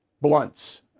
blunts